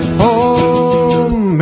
home